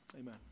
Amen